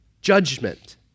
judgment